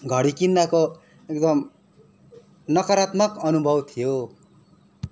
घडी किन्दाको एकदम नकारात्मक अनुभव थियो